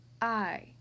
I